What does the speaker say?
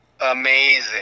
amazing